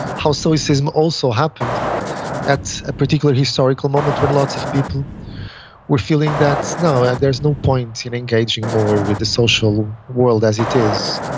how stoicism also happened at a particular historical moment when lots of people were feeling that no, and there's no point in engaging more with the social world as it is.